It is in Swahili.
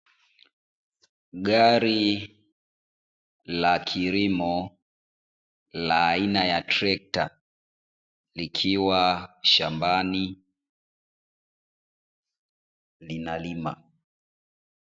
Gari la kilimo la aina ya trekta, likiwa shambani linalima.